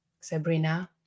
Sabrina